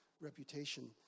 reputation